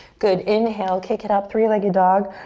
good, inhale, kick it up, three-legged dog.